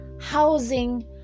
Housing